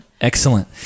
Excellent